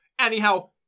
Anyhow